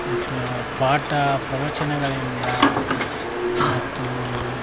ಮತ್ತು ಪಾಠ ಪ್ರವಚನಗಳಿಂದ ಮತ್ತು